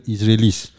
Israelis